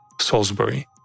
Salisbury